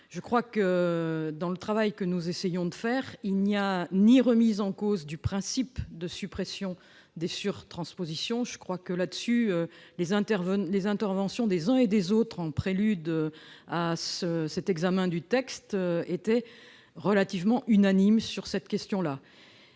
ne vois, dans le travail que nous essayons de faire, aucune remise en cause du principe de suppression des surtranspositions. Les interventions des uns et des autres, en prélude à l'examen de ce texte, étaient relativement unanimes sur cette question.